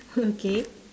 okay